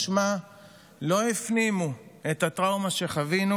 משמע לא הפנימו את הטראומה שחווינו,